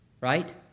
Right